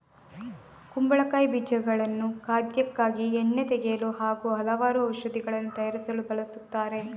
ಕುಂಬಳಕಾಯಿ ಬೀಜಗಳನ್ನು ಖಾದ್ಯಕ್ಕಾಗಿ, ಎಣ್ಣೆ ತೆಗೆಯಲು ಹಾಗೂ ಹಲವಾರು ಔಷಧಿಗಳನ್ನು ತಯಾರಿಸಲು ಬಳಸುತ್ತಾರೆ